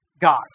God